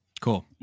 Cool